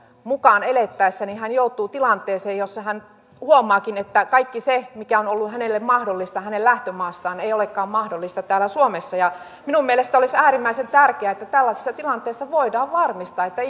mukaan elettäessä hän joutuu tilanteeseen jossa hän huomaakin että kaikki se mikä on ollut hänelle mahdollista hänen lähtömaassaan ei olekaan mahdollista täällä suomessa minun mielestäni olisi äärimmäisen tärkeää että tällaisessa tilanteessa voidaan varmistaa että